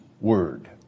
word